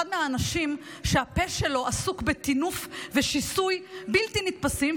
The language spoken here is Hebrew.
אחד מהאנשים שהפה שלהם עסוק בטינוף ושיסוי בלתי נתפסים,